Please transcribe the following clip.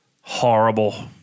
horrible